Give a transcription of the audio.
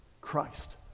Christ